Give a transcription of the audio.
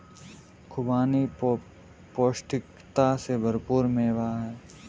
खुबानी पौष्टिकता से भरपूर मेवा है